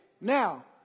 now